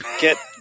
get